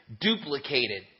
duplicated